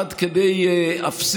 עד כדי אפסית,